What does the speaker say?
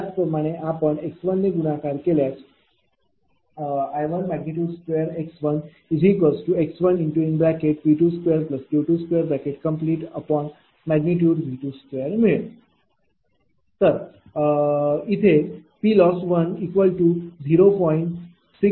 त्याचप्रमाणे आपण x1 ने गुणाकार केल्यास I12x1x×P22Q2V22 मिळेल